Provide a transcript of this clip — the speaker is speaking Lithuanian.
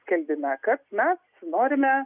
skelbime kad mes norime